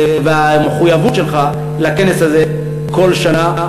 ועל המחויבות שלך לכנס הזה כל שנה.